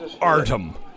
Artem